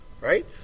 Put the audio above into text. Right